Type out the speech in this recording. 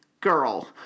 Girl